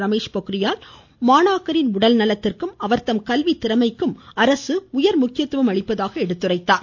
ரமேஷ் பொக்ரியால் மாணாக்கரின் உடல் நலத்திற்கும் அவர்தம் கல்வி திறனுக்கும் அரசு உயர் முக்கியதுவம் அளிப்பதாக எடுத்துரைத்தார்